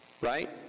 right